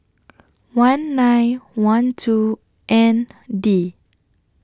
one nine one two N D